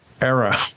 era